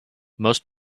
most